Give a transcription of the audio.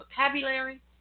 vocabulary